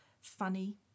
funny